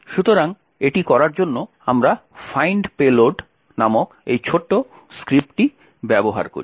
সুতরাং এটি করার জন্য আমরা find payload নামক এই ছোট স্ক্রিপ্টটি ব্যবহার করি